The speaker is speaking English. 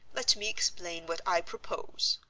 let me explain what i propose.